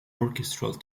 orchestral